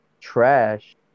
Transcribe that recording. trash